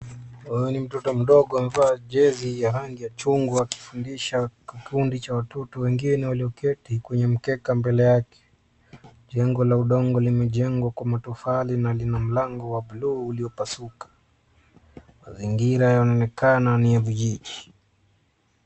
Huyu ni mtoto mdogo amevaa jezi ya rangi ya chungwa akifundisha kikundi cha watoto wengine walioketi kwenye mkeka mbele yake. Jengo la udongo limejengwa kwa matofali na lina mlango wa bluu uliopasuka. Mazingira yanaonekana ni ya vijijini.